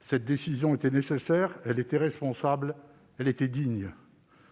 Cette décision était nécessaire, responsable et digne.